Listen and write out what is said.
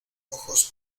ojos